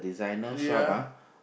ya